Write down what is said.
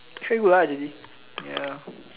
ya